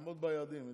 תעמוד ביעדים.